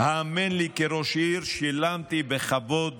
האמן לי, כראש העיר שילמתי בכבוד